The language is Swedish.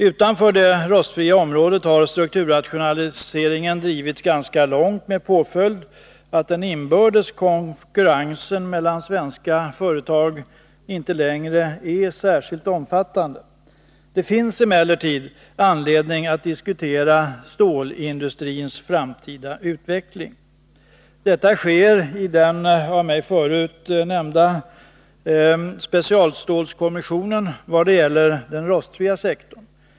Utanför det rostfria området har strukturrationaliseringen drivits ganska långt med påföljd att den inbördes konkurrensen mellan svenska företag inte längre är särskilt omfattande. Det finns emellertid anledning att diskutera stålindustrins framtida utveckling. Detta sker i den av mig förut nämnda specialstålskommissionen vad det gäller den rostfria sektorn.